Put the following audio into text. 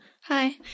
Hi